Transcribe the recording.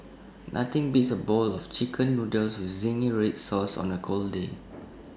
nothing beats A bowl of Chicken Noodles with Zingy Red Sauce on A cold day